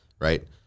Right